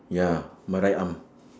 ya my right arm